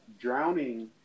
drowning